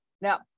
Now